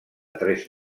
tres